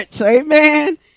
Amen